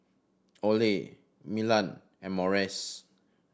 Olay Milan and Morries